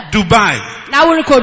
Dubai